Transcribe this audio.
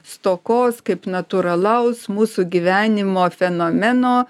stokos kaip natūralaus mūsų gyvenimo fenomeno